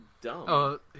dumb